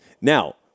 Now